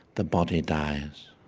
the body dies.